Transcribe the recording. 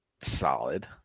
solid